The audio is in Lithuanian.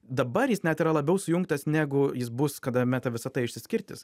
dabar jis net yra labiau sujungtas negu jis bus kada meta visata išsiskirtys